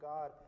God